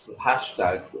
hashtag